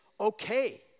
okay